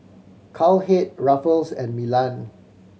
Cowhead Ruffles and Milan